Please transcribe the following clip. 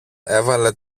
έβαλε